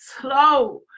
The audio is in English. slow